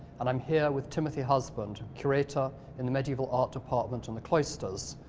and i'm here with timothy husband, curator in the medieval art department and the cloisters,